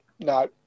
No